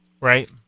right